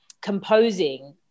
composing